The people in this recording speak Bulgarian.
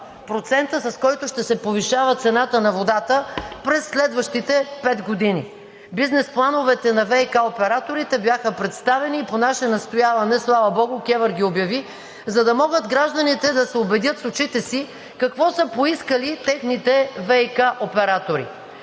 процентът, с който ще се повишава цената на водата през следващите пет години. Бизнес плановете на ВиК операторите бяха представени. По наше настояване, слава богу, КЕВР ги обяви, за да могат гражданите да се убедят с очите си какво са поискали техните ВиК оператори.